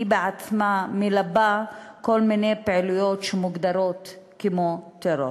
היא עצמה מלבה כל מיני פעילויות שמוגדרות כטרור.